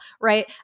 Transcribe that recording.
right